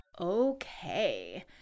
Okay